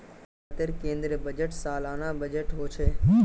भारतेर केन्द्रीय बजट सालाना बजट होछे